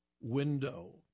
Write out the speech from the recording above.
window